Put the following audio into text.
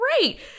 great